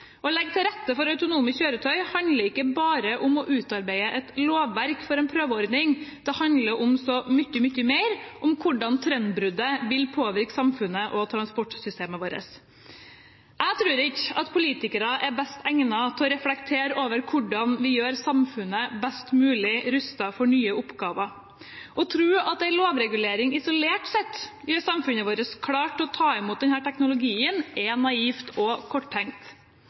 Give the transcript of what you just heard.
Å legge til rette for autonome kjøretøy handler ikke bare om å utarbeide et lovverk for en prøveordning. Det handler om så mye, mye mer; det handler om hvordan trendbruddet vil påvirke samfunnet og transportsystemet vårt. Jeg tror ikke politikere er best egnet til å reflektere over hvordan vi gjør samfunnet best mulig rustet for nye oppgaver. Å tro at en lovregulering isolert sett gjør samfunnet vårt klart til å ta imot denne teknologien, er naivt og korttenkt.